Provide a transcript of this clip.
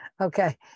Okay